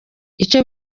icyo